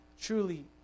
truly